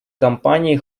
компании